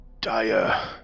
Dire